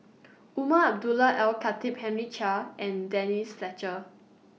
Umar Abdullah Al Khatib Henry Chia and Denise Fletcher